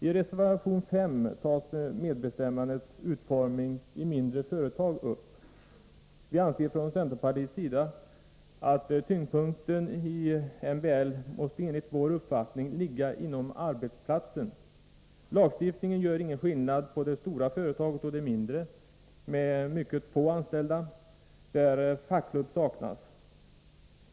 I reservation 5 tas medbestämmandets utformning i mindre företag upp. Vi anser från centerpartiets sida att tyngdpunkten i MBL måste ligga inom arbetsplatsen. Lagstiftningen gör ingen skillnad mellan det stora företaget och det mindre med mycket få anställda och där fackklubb saknas.